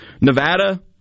Nevada